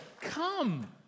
come